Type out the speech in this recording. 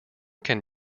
can